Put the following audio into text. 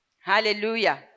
Hallelujah